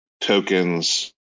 tokens